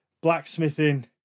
blacksmithing